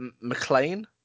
McLean